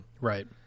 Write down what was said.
Right